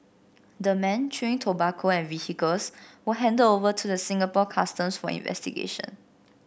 the men chewing tobacco and vehicles were handle over to the Singapore Customs for investigation